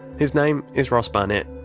his name is ross barnett.